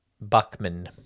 Buckman